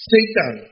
Satan